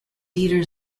dieter